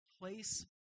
place